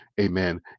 Amen